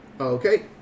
Okay